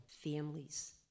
families